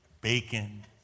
bacon